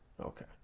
okay